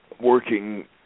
working